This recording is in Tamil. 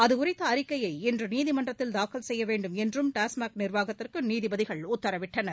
அதுகுறித்த அறிக்கையை இன்று நீதிமன்றத்தில் தாக்கல் செய்ய வேண்டும் என்றும் டாஸ்மாக் நிர்வாகத்திற்கு நீதிபதிகள் உத்தரவிட்டனர்